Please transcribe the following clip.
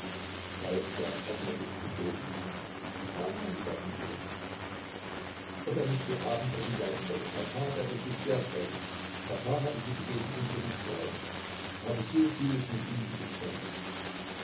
hartnäckig zu boden so kamen sie an die gartentür ob er nicht zum abendessen bleiben wollte papa werde sich sehr freuen papa habe sie gebeten ihn zurückzuhalten er habe so vieles mit ihm zu besprechen